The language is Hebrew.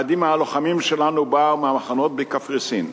אחדים מהלוחמים שלנו באו מהמחנות בקפריסין,